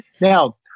Now